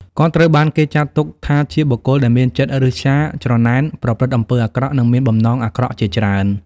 គាត់ត្រូវបានគេចាត់ទុកថាជាបុគ្គលដែលមានចិត្តឫស្យា ច្រណែន ប្រព្រឹត្តអំពើអាក្រក់ និងមានបំណងអាក្រក់ជាច្រើន។